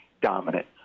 dominant